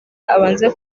abanza